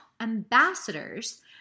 ambassadors